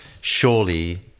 surely